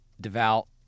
devout